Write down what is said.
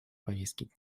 повестки